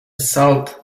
salt